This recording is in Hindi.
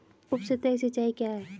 उपसतही सिंचाई क्या है?